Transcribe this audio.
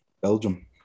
belgium